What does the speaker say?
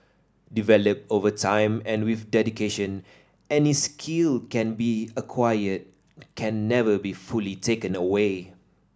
developed over time and with dedication any skill can be acquired can never be fully taken away